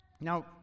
Now